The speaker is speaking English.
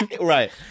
Right